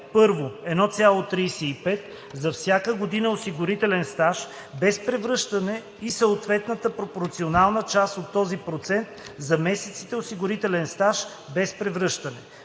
1. 1,35 за всяка година осигурителен стаж без превръщане и съответната пропорционална част от този процент за месеците осигурителен стаж без превръщане;